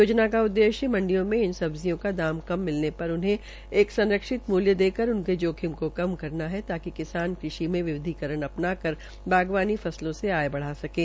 योजना का उद्देश्य मंडियों में इस सब्जियों का दाम कम मिलने पर उन्हें एक संरक्षित मूल्य देकर उनके जोखिम को कम करना है ताकि किसान कृषि में विवधीकरण अपना कर बागवानी फसलों से आय बढ़ा सकें